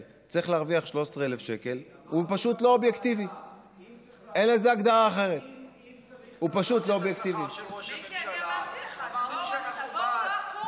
אני לא מדבר על זה, אני מדבר על גילום המס.